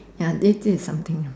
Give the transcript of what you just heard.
ya this this is somethings I